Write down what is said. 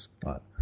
thought